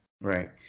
Right